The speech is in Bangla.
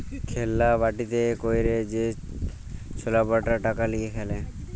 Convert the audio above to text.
খেল্লা বাটিতে ক্যইরে যে ছাবালরা টাকা লিঁয়ে খেলে